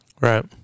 Right